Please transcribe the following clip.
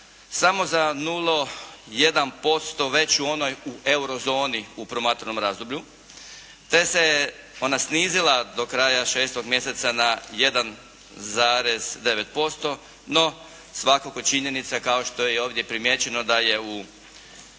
samo za 0,1% već u onoj euro zoni u promatranom razdoblju te se ona snizila do kraja šestog mjeseca na 1,9%. No, svakako činjenica kao što je ovdje primijećeno da je u